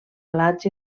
blats